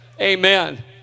Amen